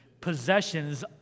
Possessions